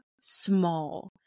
small